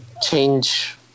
change